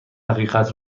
حقیقت